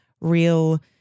real